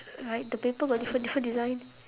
alright the paper got different different design